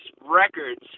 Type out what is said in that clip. records